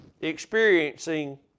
experiencing